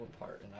apart